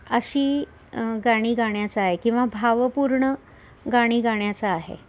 अशी गाणी गाण्याचा आहे किंवा भावपूर्ण गाणी गाण्याचा आहे